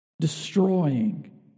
destroying